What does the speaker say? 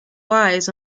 lies